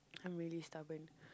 I'm really stubborn